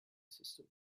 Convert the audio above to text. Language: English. system